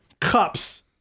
cups